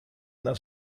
una